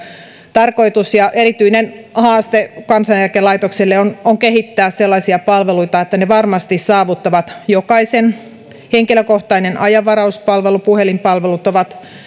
tarkoitus ja erityinen haaste kansaneläkelaitokselle on on kehittää sellaisia palveluita että ne varmasti saavuttavat jokaisen henkilökohtainen ajanvarauspalvelu ja puhelinpalvelu ovat